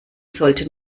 sollte